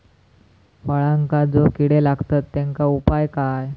फळांका जो किडे लागतत तेनका उपाय काय?